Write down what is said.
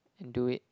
and do it